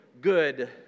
good